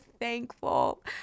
thankful